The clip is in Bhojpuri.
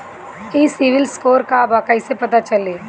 ई सिविल स्कोर का बा कइसे पता चली?